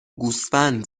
گوسفند